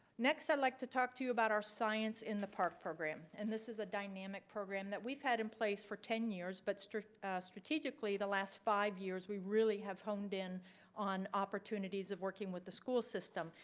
next i'd like to talk to you about our science in the park program. and this is a dynamic program that we've had in place for ten years. but so strategically the last five years we really have honed in on opportunities of working with the school system.